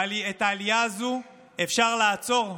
ואת העלייה הזו אפשר לעצור.